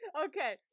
Okay